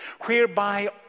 whereby